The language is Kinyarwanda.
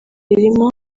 ririmo